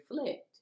reflect